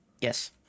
Yes